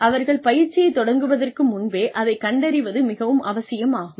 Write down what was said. அவர்கள் பயிற்சியைத் தொடங்குவதற்கு முன்பே அதைக் கண்டறிவது மிகவும் அவசியம் ஆகும்